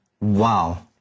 Wow